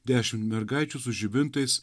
dešimt mergaičių su žibintais